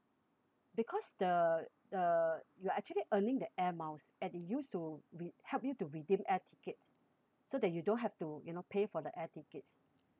because the uh you're actually earning the air miles and it use to re~ help you to redeem air tickets so that you don't have to you know pay for the air tickets